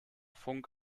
funk